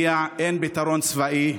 אין פתרון צבאי.